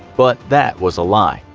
but that was a lie.